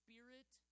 Spirit